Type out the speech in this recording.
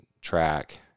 track